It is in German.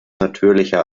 natürlicher